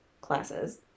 classes